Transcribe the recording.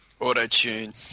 Auto-tune